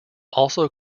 also